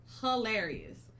hilarious